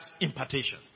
impartation